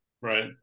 Right